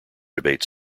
debate